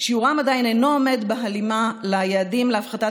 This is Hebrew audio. שיעורם עדיין אינו עומד בהלימה ליעדים להפחתת